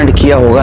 and kill